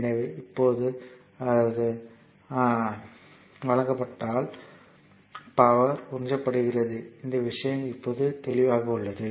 எனவே இப்போது ஆர் மின்சாரம் வழங்கப்படுவதால் பவர் உறிஞ்சப்படுகிறது இந்த விஷயம் இப்போது தெளிவாக உள்ளது